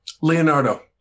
Leonardo